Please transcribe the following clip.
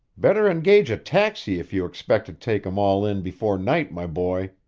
better engage a taxi if you expect to take em all in before night, my boy,